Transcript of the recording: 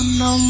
no